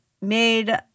made